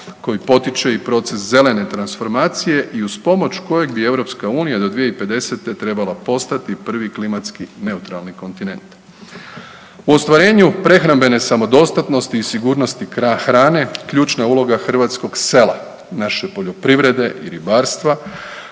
koji potiče proces zelene transformacije i uz pomoć kojeg bi EU do 2050. trebala postati prvi klimatski neutralni kontinent. U ostvarenju prehrambene samodostatnosti i sigurnosti hrane, ključna je uloga hrvatskog sela, naše poljoprivrede i ribarstva